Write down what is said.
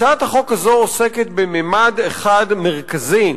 הצעת החוק הזאת עוסקת בממד אחד, מרכזי,